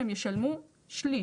הם ישלמו שליש.